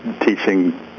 teaching –